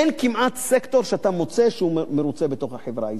אין כמעט סקטור שאתה מוצא, שמרוצה בחברה הישראלית.